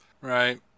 Right